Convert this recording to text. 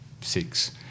six